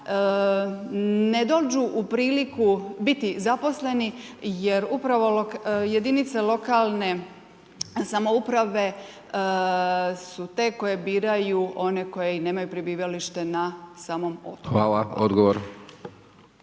ne dođu u priliku biti zaposleni jer upravo jedinice lokalne samouprave su te koje biraju one koji nemaju prebivalište na samom otoku.